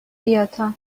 فیاتا